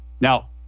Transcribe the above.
Now